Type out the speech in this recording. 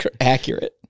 Accurate